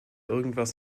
irgendwas